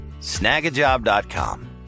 Snagajob.com